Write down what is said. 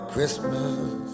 Christmas